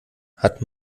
hat